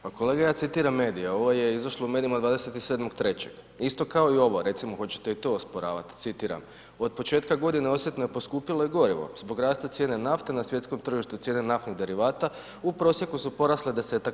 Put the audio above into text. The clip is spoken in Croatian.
Pa kolege ja citiram medije, ovo je izašlo u medijima 27.3. isto kao i ovo, recimo hoćete i to osporavati, citiram, Od početka godine osjetno je poskupjelo i gorivo, zbog raste cijene nafte na svjetskom tržištu cijene naftnih derivata u prosjeku su porasle 10-ak%